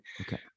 Okay